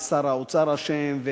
ושר האוצר אשם.